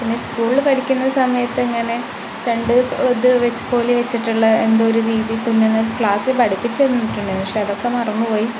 പിന്നെ സ്കൂളിൽ പഠിക്കുന്ന സമയത്ത് ഇങ്ങനെ കണ്ട് പ ഇത് വെച്ചതു പോലെ വെച്ചിട്ടുള്ള എന്തോ ഒരു രീതി തുന്നുന്ന ക്ലാസ്സിൽ പഠിപ്പിച്ച് തന്നിട്ടുണ്ടായിരുന്നു പക്ഷെ അതൊക്കെ മറന്നു പോയി